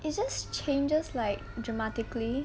it just changes like dramatically